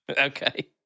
okay